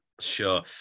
Sure